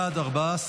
הצבעה.